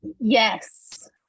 Yes